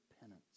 penance